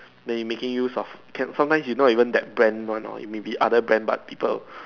they making use of can sometimes you know even that brand no no maybe other brand but people